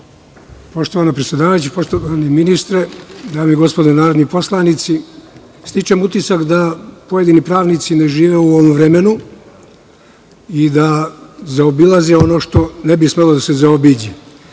Poštovana predsedavajuća, poštovani ministre, dame i gospodo narodni poslanici, stičem utisak da pojedini pravnici ne žive u ovom vremenu i da zaobilaze ono što ne bi smelo da se zaobiđe. Dakle,